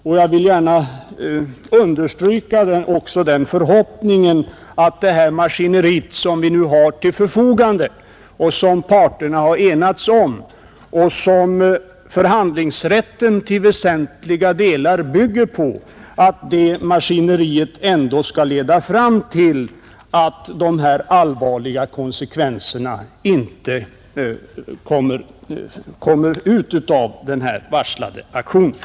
Jag vill också gärna understryka förhoppningen att det maskineri som vi nu har till förfogande, som parterna har enats om och som förhandlingsrätten till väsentliga delar bygger på, ändå skall ge till resultat att den varslade aktionen inte får dessa allvarliga konsekvenser.